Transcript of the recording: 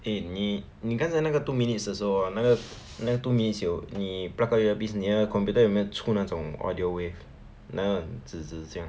eh 你你刚才那个 two minutes 的时候 hor 那个那个 two minutes 有你 pluck out earpiece 你的 computer 有没有出那种 audio wave 那个 这样的